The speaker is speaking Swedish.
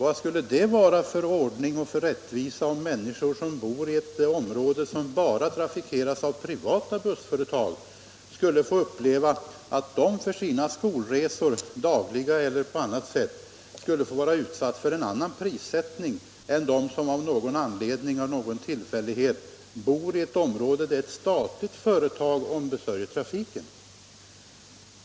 Vad skulle det bli för ordning och rättvisa om människor som bor i ett område som bara trafikeras av privata bussföretag för sina resor får vidkännas en annan prissättning än de som av någon tillfällighet bor i ett område där statligt företag ombesörjer trafiken?